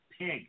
pig